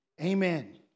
amen